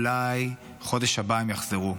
אולי בחודש הבא הם יחזרו.